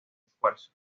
esfuerzo